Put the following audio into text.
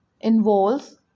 involves